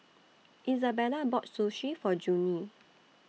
Isabella bought Sushi For Junie